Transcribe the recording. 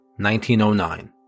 1909